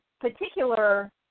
particular